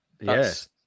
yes